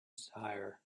tire